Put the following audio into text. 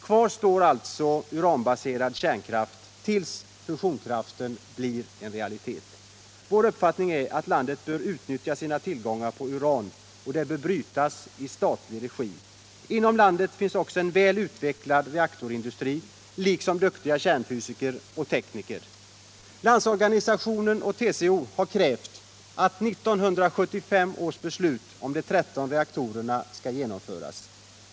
Kvar står alltså uranbaserad kärnkraft tills fusionskraften blir en realitet. Vår uppfattning är att landet bör utnyttja sina tillgångar på uran och att den bör brytas i statlig regi. Inom landet finns också en väl utvecklad reaktorindustri liksom duktiga kärnfysiker och tekniker. Landsorganisationen och TCO har krävt att 1975 års beslut om de 13 reaktorerna skall genomföras.